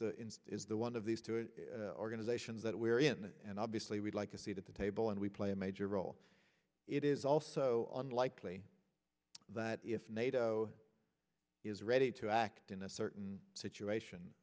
is is the one of these two organizations that we're in and obviously we'd like a seat at the table and we play a major role it is also unlikely that if nato is ready to act in a certain situation